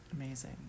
Amazing